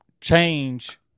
change